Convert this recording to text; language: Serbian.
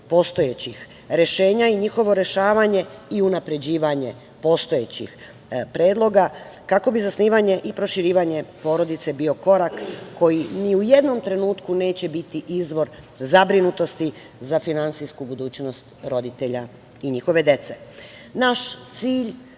postojećih rešenja i njihovo rešavanje i unapređivanje postojećih predloga kako bi zasnivanje i proširivanje porodice bio korak koji ni u jednom trenutku neće biti izvor zabrinutosti za finansijsku budućnost roditelja i njihove dece. Naš